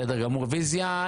בסדר גמור, רוויזיה.